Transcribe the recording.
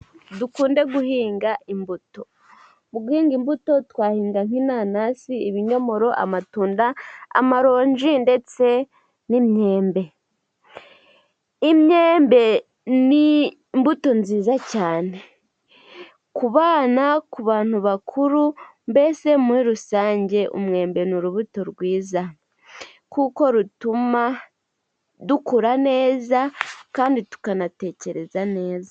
Dukunde guhinga imbuto. Mu guhinga imbuto, twahinga nk'inanasi, ibinyomoro, amatunda, amaronji ndetse n'imyembe. Imyembe ni imbuto nziza cyane ku bana, ku bantu bakuru, mbese muri rusange umwembe ni urubuto rwiza, kuko rutuma dukura neza kandi tukanatekereza neza.